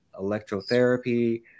electrotherapy